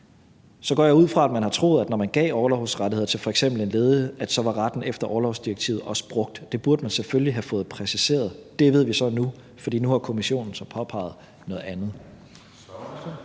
Så går jeg ud fra, at man har troet, at når man gav orlovsrettigheder til f.eks. en ledig, var retten efter orlovsdirektivet også brugt, og det burde man selvfølgelig have fået præciseret. Det ved vi så nu, for nu har Kommissionen påpeget noget andet.